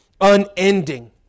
unending